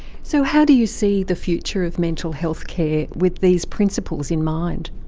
so how do you see the future of mental health care with these principles in mind?